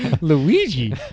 Luigi